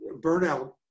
burnout